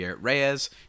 Reyes